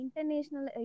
international